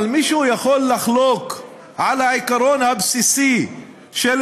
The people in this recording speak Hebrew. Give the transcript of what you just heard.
אבל מישהו יכול לחלוק על העיקרון הבסיסי של